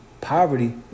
poverty